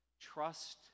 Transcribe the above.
trust